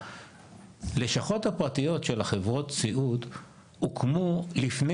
הלשכות הפרטיות של חברות הסיעוד הוקמו לפני